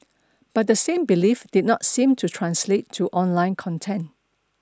but the same belief did not seem to translate to online content